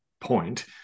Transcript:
point